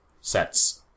sets